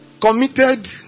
Committed